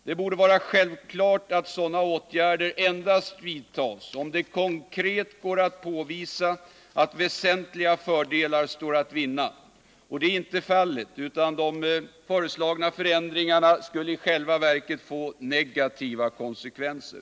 Det borde vara självklart att sådana åtgärder vidtas endast om det konkret går att påvisa att väsentliga fördelar står att vinna. Detta är inte fallet, utan de föreslagna förändringarna skulle i själva verket få negativa konsekvenser.